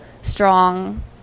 strong